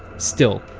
still,